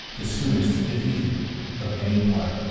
the soonest defeated of any part.